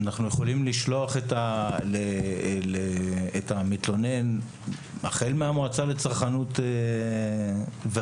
אנחנו יכולים לשלוח את המתלונן למועצה לצרכנות או למשטרה.